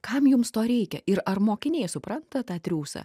kam jums to reikia ir ar mokiniai supranta tą triūsą